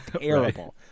terrible